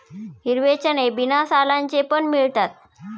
हिरवे चणे बिना सालांचे पण मिळतात